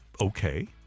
okay